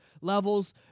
levels